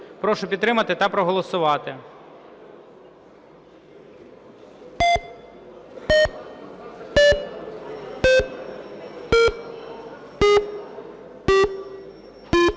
Прошу підтримати та проголосувати. 12:49:12